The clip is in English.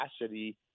capacity